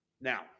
Now